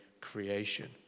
creation